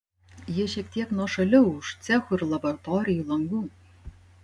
jie šiek tiek nuošaliau už cechų ir laboratorijų langų